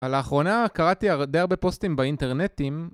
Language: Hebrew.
הלאחרונה קראתי די הרבה פוסטים באינטרנטים